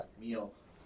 Meals